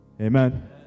Amen